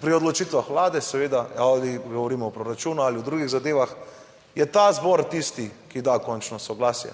pri odločitvah Vlade, seveda ali govorimo o proračunu ali o drugih zadevah, je ta zbor tisti, ki da končno soglasje.